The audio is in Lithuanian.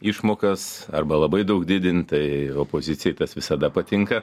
išmokas arba labai daug didinti tai opozicijai tas visada patinka